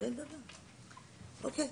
אוקי.